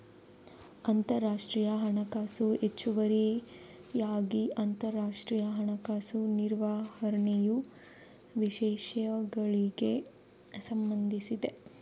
ಅಂತರರಾಷ್ಟ್ರೀಯ ಹಣಕಾಸು ಹೆಚ್ಚುವರಿಯಾಗಿ ಅಂತರರಾಷ್ಟ್ರೀಯ ಹಣಕಾಸು ನಿರ್ವಹಣೆಯ ವಿಷಯಗಳಿಗೆ ಸಂಬಂಧಿಸಿದೆ